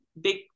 big